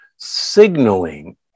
signaling